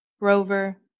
Rover